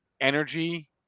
energy